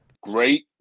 great